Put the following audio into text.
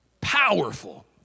powerful